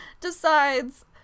decides